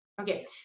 Okay